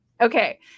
Okay